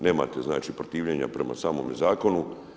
Nemate znači protivljenja prema samomu zakonu.